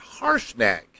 Harshnag